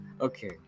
Okay